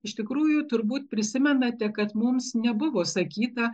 iš tikrųjų turbūt prisimenate kad mums nebuvo sakyta